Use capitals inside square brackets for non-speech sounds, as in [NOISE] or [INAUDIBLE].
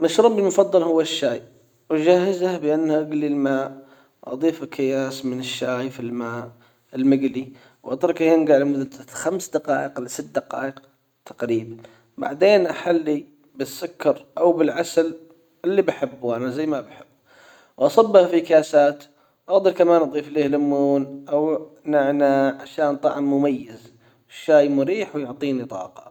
مشروبي المفضل هو الشاي اجهزه بان [HESITATION] اجلي الماء اضيف أكياس من الشاي في الماء المجلي واتركه ينجع لمدة خمس دقائق لست دقائق تقريبًا بعدين احلي بالسكر او بالعسل اللي بحبه انا زي ما بحب وأصبه في كاسات وأجدر كمان أضيف ليه ليمون او نعناع عشان طعم مميز الشاي مريح ويعطيني طاقة.